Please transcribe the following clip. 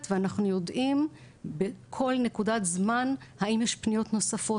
ואנחנו יודעים בכל נקודת זמן האם יש פניות נוספות,